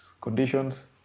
conditions